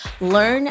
Learn